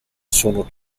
sono